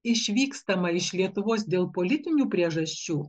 išvykstama iš lietuvos dėl politinių priežasčių